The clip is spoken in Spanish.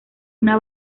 una